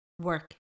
work